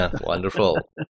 Wonderful